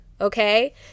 okay